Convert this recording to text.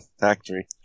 factory